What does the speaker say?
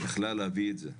יכולה היתה להביא את זה.